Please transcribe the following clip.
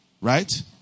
Right